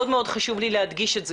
מאוד חשוב לי להדגיש את זה,